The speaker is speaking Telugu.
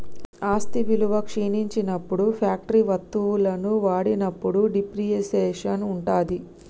ఆస్తి విలువ క్షీణించినప్పుడు ఫ్యాక్టరీ వత్తువులను వాడినప్పుడు డిప్రిసియేషన్ ఉంటది